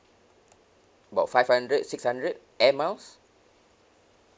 about five hundred six hundred air miles